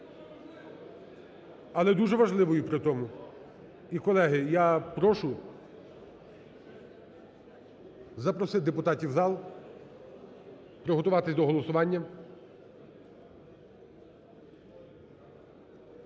але дуже важливою при тому. І, колеги, я прошу, запросити депутатів у зал, приготуватись до голосування.